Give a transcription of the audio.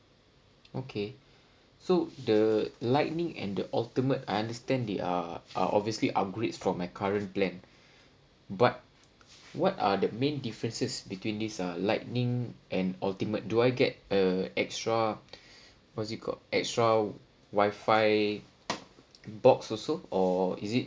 okay so the lightning and the ultimate I understand they are are obviously upgrades from my current plan but what are the main differences between these uh lightning and ultimate do I get err extra what is it called extra wifi box also or is it